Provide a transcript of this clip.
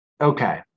okay